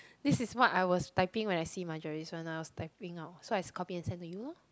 this is what I was typing when I see Margerie's one lah I was typing out so I copy and send to you loh